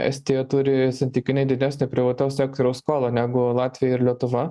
estija turi santykinai didesnę privataus sektoriaus skolą negu latvija ir lietuva